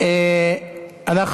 אנחנו